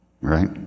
right